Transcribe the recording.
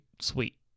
sweet